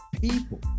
people